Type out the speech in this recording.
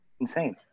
insane